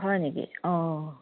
হয় নেকি অঁ